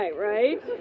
right